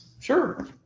sure